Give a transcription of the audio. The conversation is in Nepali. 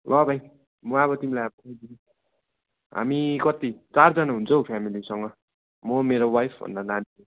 ल भाइ म आब तिमीलाई हामी कति चारजना हुन्छौँ हौ फेमिलीसँग म मेरो वाइफ अन्त नानीहरू